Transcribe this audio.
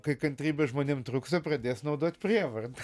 kai kantrybė žmonėm trūksta pradės naudot prievartą